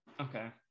Okay